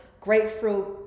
grapefruit